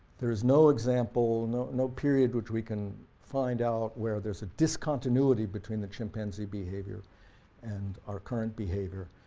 there is no example, no no period which we can find out, where there's a discontinuity between the chimpanzee behavior and our current behavior,